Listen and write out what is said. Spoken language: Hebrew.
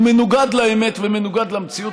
הוא מנוגד לאמת ומנוגד למציאות,